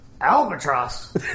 Albatross